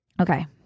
Okay